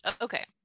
Okay